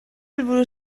helburu